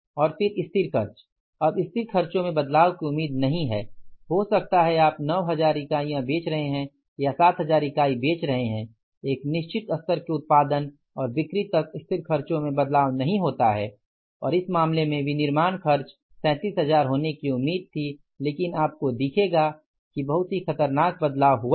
और फिर स्थिर खर्च है अब स्थिर खर्चों में बदलाव की उम्मीद नहीं है हो सकता हैं आप 9000 यूनिट बेच रहे हैं या 7000 यूनिट बेच रहे हैं एक निश्चित स्तर के उत्पादन और बिक्री तक स्थिर खर्चों में बदलाव नहीं होता है और इस मामले में विनिर्माण खर्च 37000 होने की उम्मीद थी लेकिन आपको दिखेगा कि बहुत ही खतरनाक बदलाव हुआ है